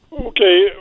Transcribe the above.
Okay